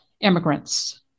immigrants